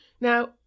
Now